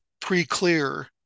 pre-clear